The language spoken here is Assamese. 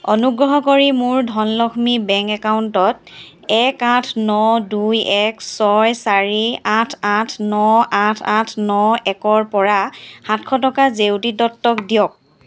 অনুগ্ৰহ কৰি মোৰ ধনলক্ষ্মী বেংক একাউণ্টত এক আঠ ন দুই এক ছয় চাৰি আঠ আঠ ন আঠ আঠ ন একৰ পৰা সাতশ টকা জেউতি দত্তক দিয়ক